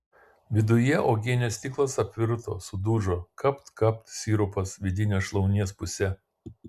viduje uogienės stiklas apvirto sudužo kapt kapt sirupas vidine šlaunies puse